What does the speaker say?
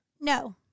No